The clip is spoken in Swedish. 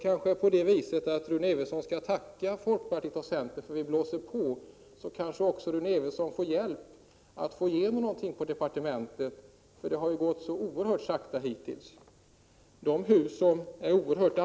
Rune Evensson kanske bör tacka folkpartiet och centern för att vi blåser på. Därmed får kanske också Rune Evensson hjälp med att få igenom någonting på departementet; det har ju gått så oerhört sakta hittills.